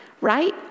right